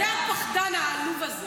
זה הפחדן העלוב הזה.